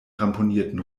ramponierten